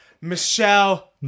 Michelle